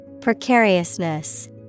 Precariousness